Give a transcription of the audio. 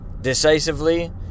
decisively